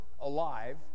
alive